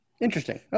Interesting